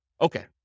Okay